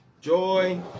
Joy